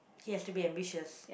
he has to be ambitious